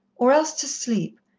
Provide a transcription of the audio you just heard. or else to sleep,